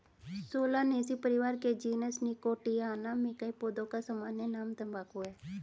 Solanaceae परिवार के genus Nicotiana में कई पौधों का सामान्य नाम तंबाकू है